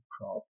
crop